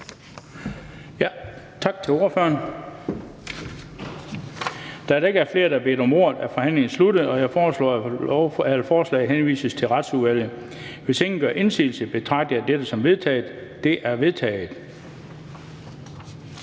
vi tak til ordføreren. Da der ikke er flere, der har bedt om ordet, er forhandlingen sluttet. Jeg foreslår, at forslaget henvises til Retsudvalget. Hvis ingen gør indsigelse, betragter jeg dette som vedtaget Det er vedtaget.